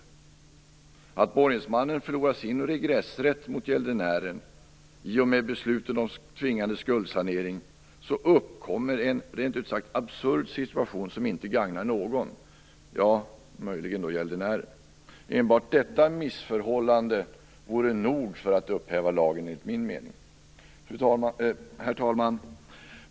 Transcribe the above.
Genom att borgensmannen förlorar sin regressrätt mot gäldenären i och med beslutet om tvingande skuldsanering uppkommer en, rent ut sagt, absurd situation, som inte gagnar någon - möjligen gäldenären. Enbart detta missförhållande vore nog för att upphäva lagen, enligt min mening. Herr talman!